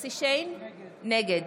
נגד